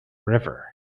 river